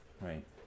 Right